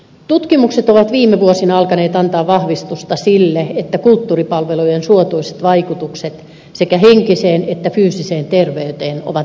tutkimukset ovat viime vuosina alkaneet antaa vahvistusta sille että kulttuuripalvelujen suotuisat vaikutukset sekä henkiseen että fyysiseen terveyteen ovat merkittäviä